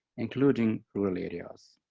including rural areas.